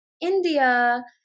India